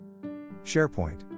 SharePoint